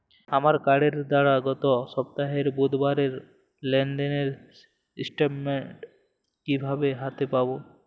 আমার কার্ডের দ্বারা গত সপ্তাহের বুধবারের লেনদেনের স্টেটমেন্ট কীভাবে হাতে পাব?